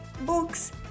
books